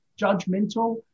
judgmental